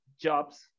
jobs